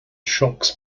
shocks